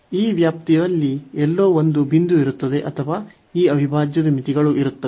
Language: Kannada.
ಈ ವ್ಯಾಪ್ತಿಯಲ್ಲಿ ಎಲ್ಲೋ ಒಂದು ಬಿಂದು ಇರುತ್ತದೆ ಅಥವಾ ಈ ಅವಿಭಾಜ್ಯದ ಮಿತಿಗಳು ಇರುತ್ತವೆ